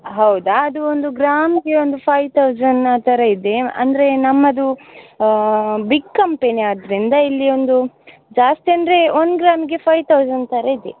ಹೌದಾ ಅದು ಒಂದು ಗ್ರಾಮಿಗೆ ಒಂದು ಫೈವ್ ತೌಸಂಡ್ ಆ ಥರ ಇದೆ ಅಂದರೆ ನಮ್ಮದು ಬಿಗ್ ಕಂಪೆನಿ ಆದ್ದರಿಂದ ಇಲ್ಲಿ ಒಂದು ಜಾಸ್ತಿ ಅಂದರೆ ಒಂದು ಗ್ರಾಮಿಗೆ ಫೈವ್ ತೌಸಂಡ್ ಥರ ಇದೆ